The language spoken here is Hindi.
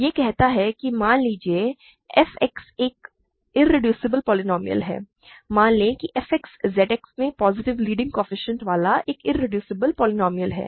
यह कहता है कि मान लीजिए f X एक इरेड्यूसिबल पॉलिनॉमियल है मान लें कि f X Z X में पॉजिटिव लीडिंग कोएफ़िशिएंट वाला एक इरेड्यूसिबल पॉलिनॉमियल है